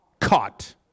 caught